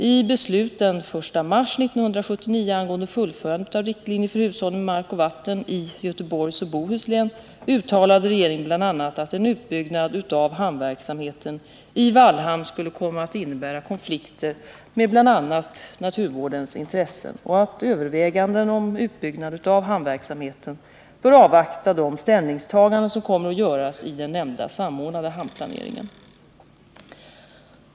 I beslut den 1 mars 1979 angående fullföljande av riktlinjer för hushållning med mark och vatten i Göteborgs och Bohus län uttalade regeringen bl.a. att en utbyggnad av hamnverksamheten i Vallhamn skulle komma att innebära konflikter med bl.a. naturvårdens intressen och att överväganden om utbyggnad av hamnverksamheten bör avvakta de ställningstaganden som kommer att göras i den nämnda samordnade hamnplaneringen.